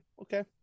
okay